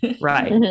right